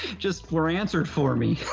just were answered for me.